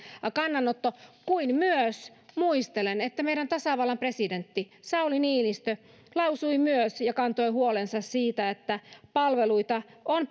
kannanotto on hyvin velvoittava muistelen myös että meidän tasavallan presidenttimme sauli niinistö myös lausui ja kantoi huolensa siitä että palveluita on